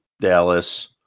Dallas